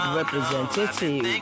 representative